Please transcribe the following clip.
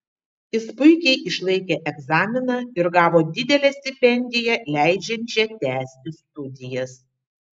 jis puikiai išlaikė egzaminą ir gavo didelę stipendiją leidžiančią tęsti studijas